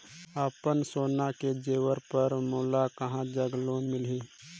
अपन सोना के जेवर पर मोला कहां जग लोन मिलही?